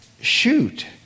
Shoot